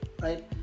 right